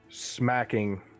smacking